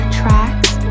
tracks